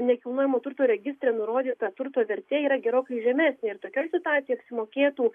nekilnojamo turto registre nurodyta turto vertė yra gerokai žemesnė ir tokioj situacijoj apsimokėtų